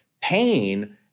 pain